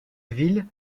ville